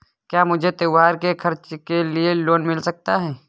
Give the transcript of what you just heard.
क्या मुझे त्योहार के खर्च के लिए लोन मिल सकता है?